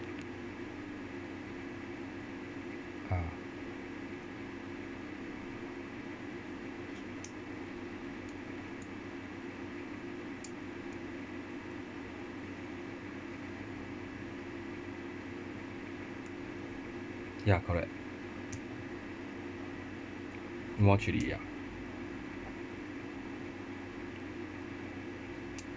ah ya correct more chili ya